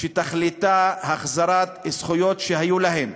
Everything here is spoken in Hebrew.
שתכליתה החזרת זכויות שהיו להם.